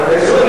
בפועל